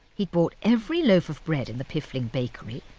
he'd bought every loaf of bread in the piffling bakery,